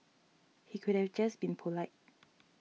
he could have just been polite